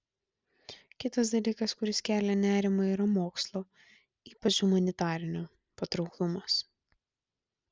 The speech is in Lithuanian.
kitas dalykas kuris kelia nerimą yra mokslo ypač humanitarinio patrauklumas